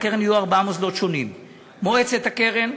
לקרן יהיו ארבעה מוסדות שונים: מועצת הקרן,